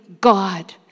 God